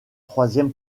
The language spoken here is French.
troisième